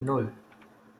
nan